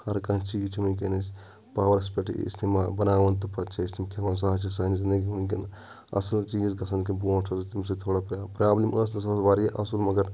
ہَر کانٛہہ چِیٖز چھِ ؤنکیٚن أسۍ پاورَس پؠٹھٕے اِستعمال بناوان تہٕ پَتہٕ چھِ أسۍ تِم کھؠوان سُہ حظ چھِ أسۍ سانہِ زِنٛدَگِی ہُنٛد ؤنکیٚن اَصٕل چِیٖز گَژھان أکہٕ بونٛٹھ اوس اسہِ تمہِ سۭتۍ تھوڑا پرابلِم آسۍ نہٕ سُہ اوس واریاہ اَصٕل مگر